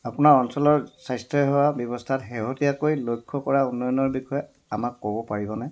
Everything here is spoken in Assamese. আপোনাৰ অঞ্চলৰ স্বাস্থ্যসেৱা ব্যৱস্থাত শেহতীয়াকৈ লক্ষ্য কৰা উন্নয়নৰ বিষয়ে আমাক ক'ব পাৰিবনে